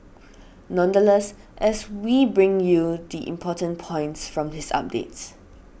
nonetheless as we bring you the important points from his updates